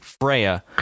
Freya